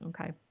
Okay